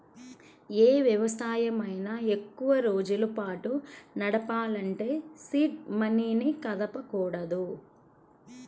యే వ్యాపారమైనా ఎక్కువరోజుల పాటు నడపాలంటే సీడ్ మనీని కదపకూడదు